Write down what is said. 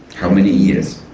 how many years?